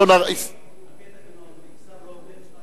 על-פי התקנון, אם שר לא עונה מותר להצביע מייד.